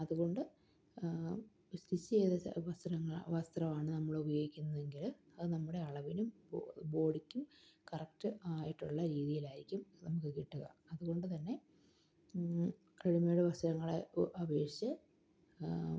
അതുകൊണ്ട് സ്റ്റിച്ച് ചെയ്ത വസ്ത്രമാണ് നമ്മള് ഉപയോഗിക്കുന്നതെങ്കില് അത് നമ്മുടെ അളവിനും ബോഡിക്കും കറക്റ്റ് ആയിട്ടുള്ള രീതിയിലായിരിക്കും നമുക്ക് കിട്ടുക അതുകൊണ്ട് തന്നെ റെഡിമെയ്ഡ് വസ്ത്രങ്ങളെ അപേക്ഷിച്ച്